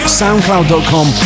soundcloud.com